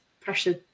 pressure